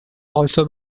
also